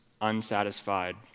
unsatisfied